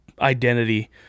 identity